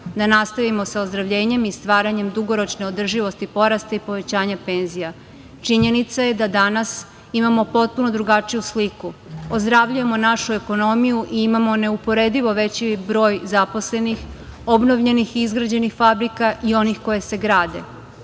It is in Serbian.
da nastavimo sa ozdravljenjem i stvaranjem dugoročne održivosti porasta i povećanja penzija. Činjenica je da danas imamo potpuno drugačiju sliku. Ozdravljujemo našu ekonomiju i imamo neuporedivo veći broj zaposlenih, obnovljenih i izgrađenih fabrika i onih koje se grade,